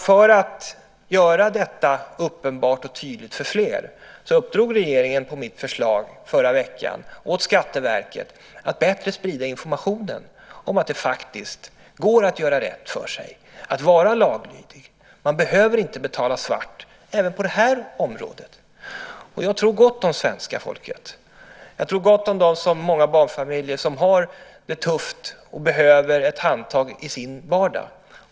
För att göra detta uppenbart och tydligt för fler uppdrog regeringen på mitt förslag i förra veckan åt Skatteverket att bättre sprida informationen om att det faktiskt går att göra rätt för sig och att vara laglydig. Man behöver inte betala svart. Det gäller även på detta område. Jag tror gott om svenska folket. Jag tror gott om många barnfamiljer som har det tufft och behöver ett handtag i sin vardag.